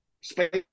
space